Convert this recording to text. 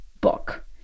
book